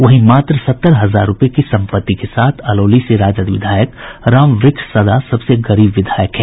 वहीं मात्र सत्तर हजार रूपये की संपत्ति के साथ अलौली से राजद विधायक रामव्रक्ष सदा सबसे गरीब विधायक हैं